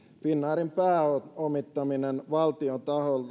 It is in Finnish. finnairin pääomittaminen valtion